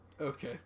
Okay